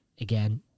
again